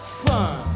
fun